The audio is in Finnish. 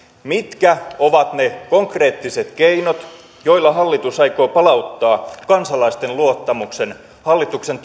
mitkä ovat ne konkreettiset keinot joilla hallitus aikoo palauttaa kansalaisten luottamuksen hallituksen